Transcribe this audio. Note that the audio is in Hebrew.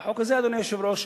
והחוק הזה, אדוני היושב-ראש,